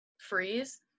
freeze